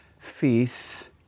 feasts